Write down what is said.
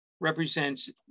represents